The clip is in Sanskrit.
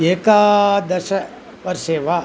एकादशवर्षे वा